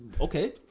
Okay